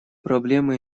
проблемы